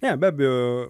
ne beabejo